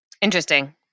Interesting